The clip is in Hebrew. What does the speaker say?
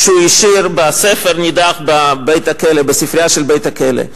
שהוא השאיר בספר נידח בספרייה של בית-הכלא.